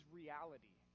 reality